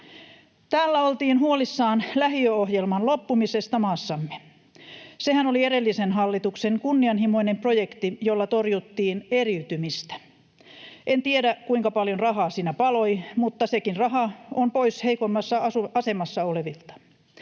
Täällä oltiin huolissaan lähiöohjelman loppumisesta maassamme. Sehän oli edellisen hallituksen kunnianhimoinen projekti, jolla torjuttiin eriytymistä. En tiedä, kuinka paljon rahaa siinä paloi, mutta sekin raha on pois heikoimmassa asemassa olevilta.